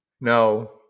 no